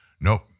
Nope